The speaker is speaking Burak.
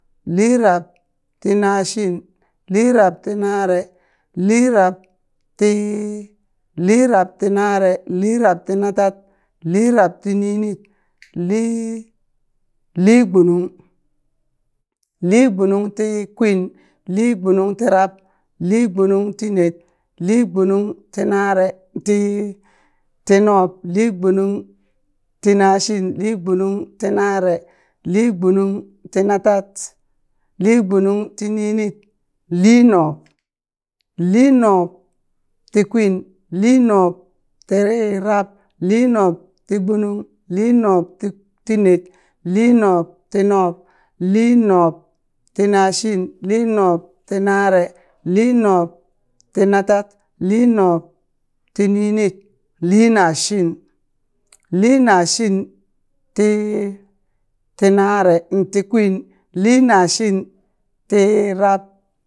Liirabtinashin, liirabtinare liirabti liirabtinare, liirabtinatad, liirabtininit, lii- liigbunung, liigbunungtikwin, liigbunungtirab, liigbunungtined, liigbunungtinare, tii- tinub, liigbunungtinashin, liigbunungtinare, liigbunungtinatad, liigbunungtininit, liinub, liinubtikwin, liinubtirab, liinubtigbunung, liinubti tined, liinubtinub, liinubtinashin, liinubtinare, liinubtinatad, liinubtininit, liinashin, liinashinti tinare tikwin, liinashintirab.